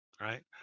Right